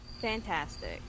Fantastic